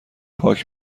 پاک